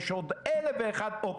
יש עוד אלף ואחת אופציות.